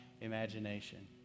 imagination